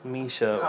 Misha